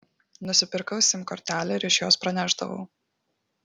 nusipirkau sim kortelę ir iš jos pranešdavau